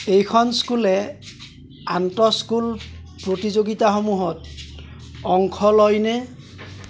এইখন স্কুলে আন্তঃস্কুল প্রতিযোগিতাসমূহত অংশ লয়নে